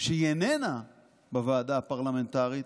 שהיא איננה בוועדה הפרלמנטרית,